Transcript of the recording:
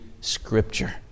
Scripture